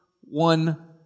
one